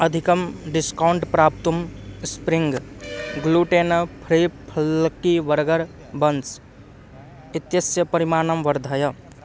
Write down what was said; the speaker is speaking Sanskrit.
अधिकं डिस्कौण्ट् प्राप्तुं spring gluten free faulty burger buns इत्यस्य परिमाणं वर्धय